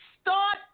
Start